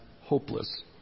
hopeless